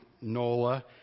Nola